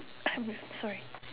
I have sorry